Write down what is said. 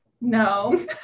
no